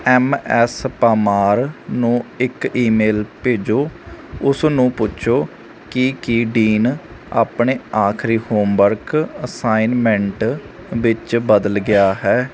M S Pamar ਨੂੰ ਇੱਕ email ਭੇਜੋ ਉਸ ਨੂੰ ਪੁੱਛੋ ਕਿ ਕੀ ਡੀਨ ਆਪਣੇ ਆਖਰੀ ਹੋਮਵਰਕ ਅਸਾਈਨਮੈਂਟ ਵਿੱਚ ਬਦਲ ਗਿਆ ਹੈ